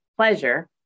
pleasure